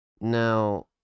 now